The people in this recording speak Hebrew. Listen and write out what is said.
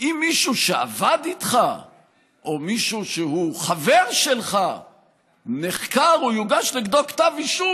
אם מישהו שעבד איתך או מישהו שהוא חבר שלך נחקר או יוגש נגדו כתב אישום,